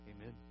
Amen